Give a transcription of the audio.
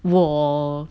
我